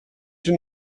une